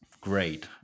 great